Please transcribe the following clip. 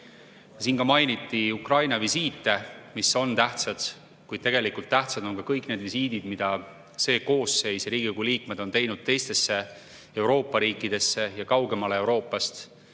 õige. Siin mainiti Ukraina visiite, mis on tähtsad, kuid tegelikult on tähtsad ka need visiidid, mida selle koosseisu Riigikogu liikmed on teinud teistesse Euroopa riikidesse ja kaugemalegi, kus